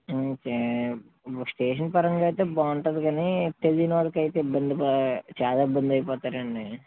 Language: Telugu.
అంటే స్టేషన్ పరంగా అయితే బాగుంటుంది కానీ తెలీన వాళ్ళకైతే ఇబ్బంది చాలా ఇబ్బందైపోతారండీ